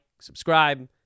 subscribe